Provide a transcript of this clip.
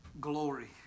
glory